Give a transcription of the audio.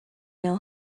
know